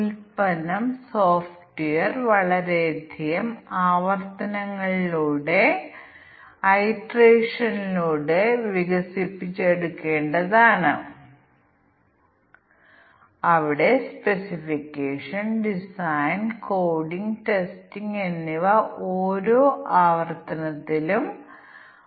അതുപോലെ ഇവിടെ ഇത് പകുതിയിലധികം 3000 ൽ കൂടുതൽ ഇത് രണ്ടും കൂടുതലാണോയെന്ന് ഇവിടെ പരിശോധിക്കുക ഇത് ഒരു ആഭ്യന്തര ഫ്ലൈറ്റ് ആണെങ്കിൽ അല്ലെങ്കിൽ ഞങ്ങൾ സർവീസ് നടത്തുന്നില്ല അതിനാൽ ഈ രണ്ട് ടെസ്റ്റ് കേസുകളും നമുക്ക് ഒന്നായി സംയോജിപ്പിക്കാം ഒന്ന്